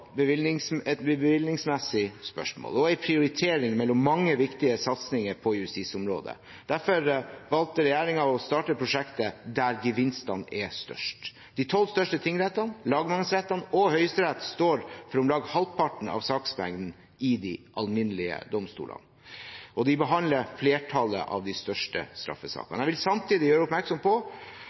også et bevilgningsmessig spørsmål og en prioritering mellom mange viktige satsinger på justisområdet. Derfor valgte regjeringen å starte prosjektet der gevinstene er størst. De tolv største tingrettene, lagmannsrettene og Høyesterett står for om lag halvparten av saksmengden i de alminnelige domstolene, og de behandler flertallet av de største straffesakene. Jeg vil samtidig gjøre oppmerksom på